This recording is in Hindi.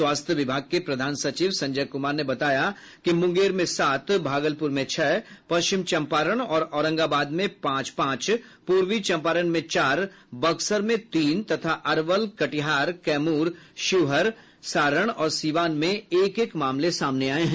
स्वास्थ्य विभाग के प्रधान सचिव संजय कुमार ने बताया कि मुंगेर में सात भागलपुर में छह पश्चिम चंपारण और औरंगाबाद में पांच पांच पूर्वी चंपारण में चार बक्सर में तीन तथा अरवल कटिहार कैमूर शिवहर सारण और सीवान में एक एक मामले सामने आये हैं